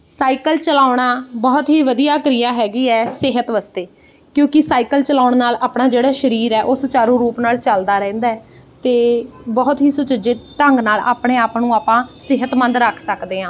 cycle ਚਲਾਉਣਾ ਬਹੁਤ ਹੀ ਵਧੀਆ ਕਿਰਿਆ ਹੈਗੀ ਹੈ ਸਿਹਤ ਵਾਸਤੇ ਕਿਉਂਕਿ ਸਾਈਕਲ ਚਲਾਉਣ ਨਾਲ ਆਪਣਾ ਜਿਹੜਾ ਸਰੀਰ ਹੈ ਉਹ ਸੁਚਾਰੂ ਰੂਪ ਨਾਲ ਚਲਦਾ ਰਹਿੰਦਾ ਅਤੇ ਬਹੁਤ ਹੀ ਸੁਚੱਜੇ ਢੰਗ ਨਾਲ ਆਪਣੇ ਆਪ ਨੂੰ ਆਪਾਂ ਸਿਹਤਮੰਦ ਰੱਖ ਸਕਦੇ ਹਾਂ